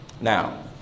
Now